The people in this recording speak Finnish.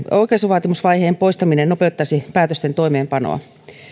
oikaisuvaatimusvaiheen poistaminen nopeuttaisi päätösten toimeenpanoa